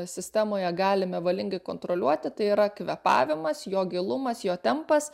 sistemoje galime valingai kontroliuoti tai yra kvėpavimas jo gilumas jo tempas